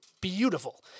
beautiful